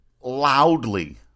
loudly